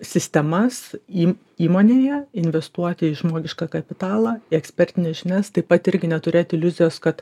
sistemas į įmonėje investuoti į žmogišką kapitalą ekspertines žinias taip pat irgi neturėt iliuzijos kad